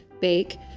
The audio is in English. bake